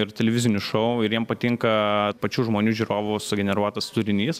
ir televizinius šou ir jiem patinka pačių žmonių žiūrovų sugeneruotas turinys